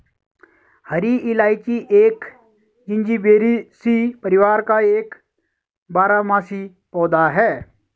हरी इलायची एक जिंजीबेरेसी परिवार का एक बारहमासी पौधा है